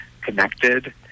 connected